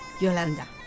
Yolanda